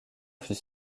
fut